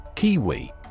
Kiwi